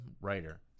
writer